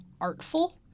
artful